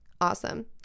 Awesome